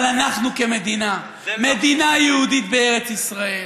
אבל אנחנו כמדינה, מדינה יהודית בארץ ישראל,